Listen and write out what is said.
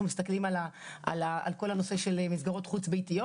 מסתכלים על כל הנושא של מסגרות חוץ-ביתיות.